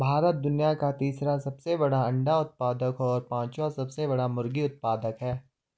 भारत दुनिया का तीसरा सबसे बड़ा अंडा उत्पादक और पांचवां सबसे बड़ा मुर्गी उत्पादक है